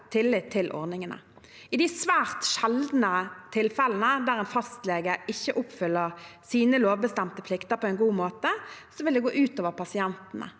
I de svært sjeldne tilfellene der en fastlege ikke oppfyller sine lovbestemte plikter på en god måte, vil det gå ut over pasientene,